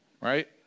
Right